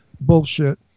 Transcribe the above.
bullshit